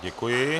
Děkuji.